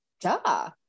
Duh